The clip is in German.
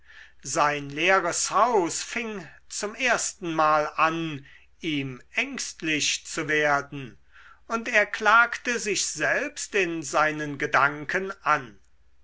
sein leeres haus fing zum erstenmal an ihm ängstlich zu werden und er klagte sich selbst in seinen gedanken an